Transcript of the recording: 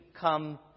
come